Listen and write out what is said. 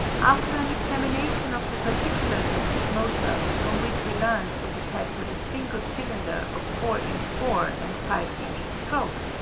after an examination of the particulars of this motor, from which we learned that it had but a single cylinder of four inch bore and five inch stroke,